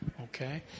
Okay